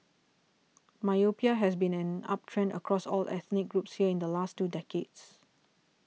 myopia has been on an uptrend across all ethnic groups here in the last two decades